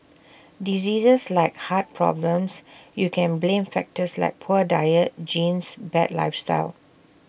diseases like heart problems you can blame factors like poor diet genes bad lifestyle